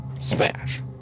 smash